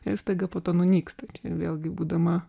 ir staiga po to nunyksta vėlgi būdama